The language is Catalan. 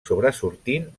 sobresortint